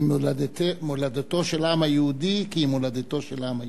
היא מולדתו של העם היהודי כי היא מולדתו של העם היהודי.